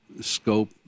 scope